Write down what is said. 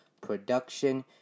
production